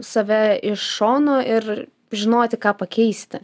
save iš šono ir žinoti ką pakeisti